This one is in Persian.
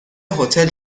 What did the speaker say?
هتل